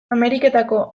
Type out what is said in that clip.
ameriketako